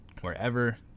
wherever